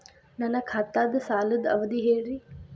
ನನ್ನ ಖಾತಾದ್ದ ಸಾಲದ್ ಅವಧಿ ಹೇಳ್ರಿ